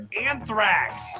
anthrax